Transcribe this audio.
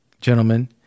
gentlemen